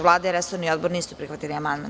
Vlada i resorni odbor nisu prihvatili amandman.